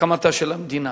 הקמתה של המדינה,